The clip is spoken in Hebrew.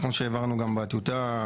כמו שהעברנו גם בטיוטה,